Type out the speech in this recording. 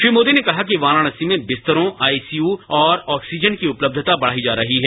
श्री मोदी ने कहा कि वाराणसी में बिस्तरों आईसीयू और ऑक्सीजन की उपलब्धता बढ़ाई जा रही है